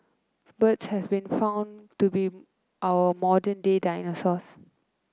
birds have been found to be our modern day dinosaurs